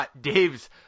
Dave's